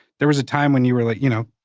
there was a time when you were like, you know,